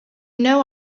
know